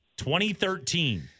2013